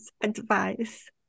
advice